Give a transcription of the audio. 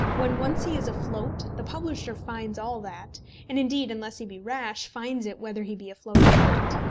when once he is afloat, the publisher finds all that and indeed, unless he be rash, finds it whether he be afloat or not.